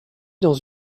dans